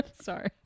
sorry